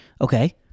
Okay